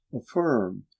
affirm